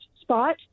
spot